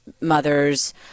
mothers